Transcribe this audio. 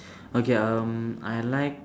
okay um I like